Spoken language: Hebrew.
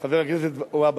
חבר הכנסת והבה,